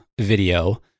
video